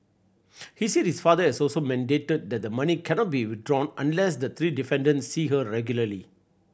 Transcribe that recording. he said his father had also mandated that the money cannot be withdrawn unless the three defendants see her regularly